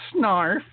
Snarf